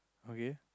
okay